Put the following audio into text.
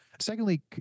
Secondly